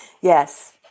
Yes